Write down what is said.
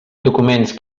documents